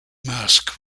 mask